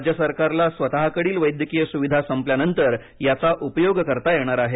राज्य सरकारला स्वतःकडील वैद्यकीय सुविधा संपल्यानंतर याचा उपयोग करता येणार आहे